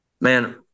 man